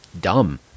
dumb